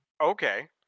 Okay